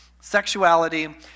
sexuality